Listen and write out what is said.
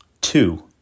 Two